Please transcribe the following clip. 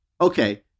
okay